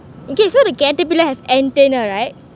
okay so the caterpillar have antenna right